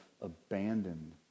abandoned